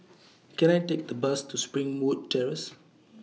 Can I Take A Bus to Springwood Terrace